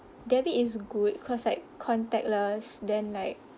debit is good cause like contactless then like